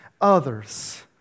others